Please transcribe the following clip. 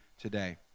today